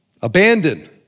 abandoned